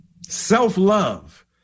Self-love